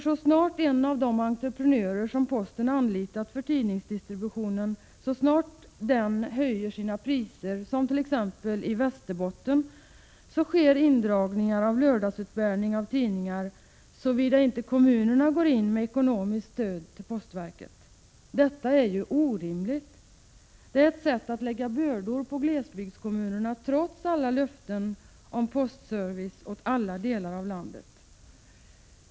Så snart en av de entreprenörer som posten anlitat för tidningsdistributionen höjer sina priser, som t.ex. i Västerbotten, sker indragningar av lördagsutbärning av tidningar, såvida inte kommunerna går in med ekonomiskt stöd till postverket. Detta är orimligt. Det är ett sätt att lägga bördor på glesbygdskommunerna trots alla löften om postservice åt alla delar av landet.